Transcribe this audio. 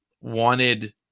wanted